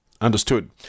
Understood